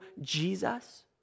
Jesus